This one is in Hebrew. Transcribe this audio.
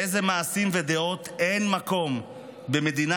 לאיזה מעשים ודעות אין מקום במדינה